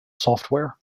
software